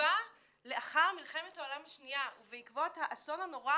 שעוצבה לאחר מלחמת העולם השניה ובעקבות האסון הנורא